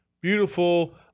Beautiful